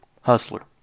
Hustler